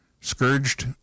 scourged